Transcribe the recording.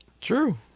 True